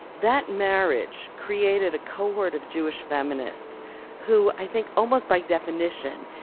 that marriage created a cohort of jewish feminists who, i think almost by definition,